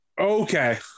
Okay